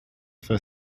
for